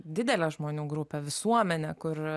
didelę žmonių grupę visuomenę kur